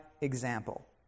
example